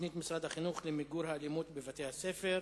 תוכנית משרד החינוך למיגור האלימות בבתי-הספר.